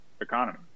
economy